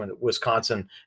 Wisconsin